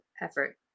effort